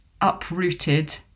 uprooted